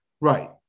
Right